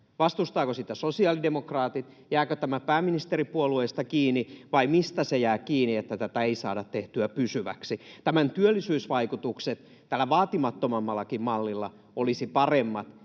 Vastustavatko sitä sosiaalidemokraatit? Jääkö tämä pääministeripuolueesta kiinni, vai mistä se jää kiinni, että tätä ei saada tehtyä pysyväksi? Tämän työllisyysvaikutukset tällä vaatimattomammallakin mallilla olisivat paremmat,